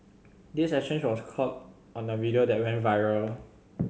this exchange was caught on a video that went viral